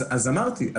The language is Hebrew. אז אמרתי.